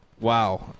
Wow